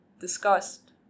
discussed